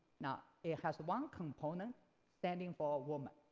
now it has one component standing for a woman,